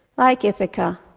like ithaca,